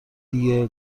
دیه